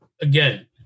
again